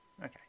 Okay